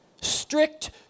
Strict